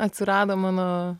atsirado mano